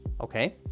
okay